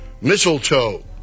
mistletoe